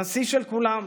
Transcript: נשיא של כולם,